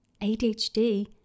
ADHD